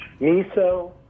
miso